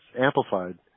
amplified